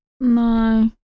no